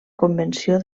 convenció